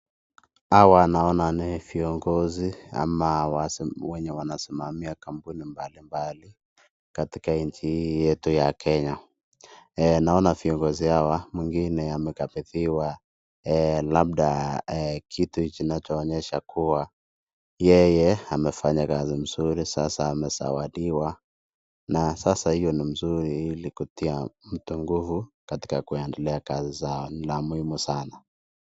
Hawa naona ni viongozi ama wenye wanasimamia kampuni mbali mbali katika nchii hii yetu ya Kenya. Naona viongozi hawa mwengine amekabithiwa labda kitu kinacho onyesha kama kuwa yeye amefanya kazi mzuri sasa amezawadiwa. Na sasa hiyo ni mzuri ili kutia mtu nguvu katika ya kuendelea kazi zao. Ni la muhimu sanaa.